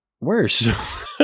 worse